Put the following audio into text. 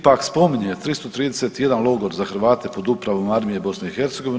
Ipak spominje 331 logor za Hrvate pod upravom Armije BiH.